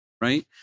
Right